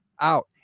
out